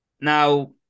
Now